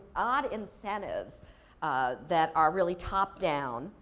odd incentives that are really top down,